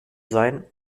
sein